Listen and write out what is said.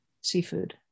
seafood